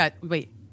Wait